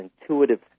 intuitive